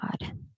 God